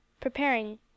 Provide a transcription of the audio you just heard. preparing